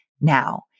Now